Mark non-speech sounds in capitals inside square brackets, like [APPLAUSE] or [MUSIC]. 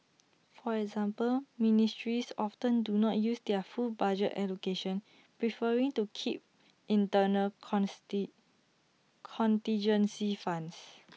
for example ministries often do not use their full budget allocations preferring to keep internal [UNINTELLIGIBLE] contingency funds